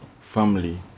family